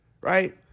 right